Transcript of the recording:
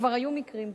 כבר היו מקרים כאלה.